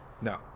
No